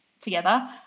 together